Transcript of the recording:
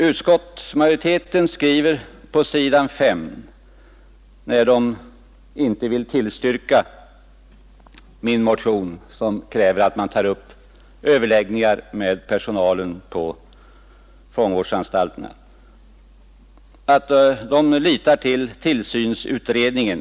Utskottsmajoriteten skriver på s. 5, när den inte vill tillstyrka min motion som kräver att man tar upp överläggningar med personalen på fångvårdsanstalterna, att den sätter sin lit till tillsynsutredningen.